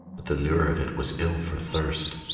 but the lure of it was ill for thirst.